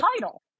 title